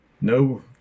No